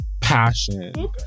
passion